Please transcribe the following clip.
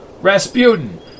Rasputin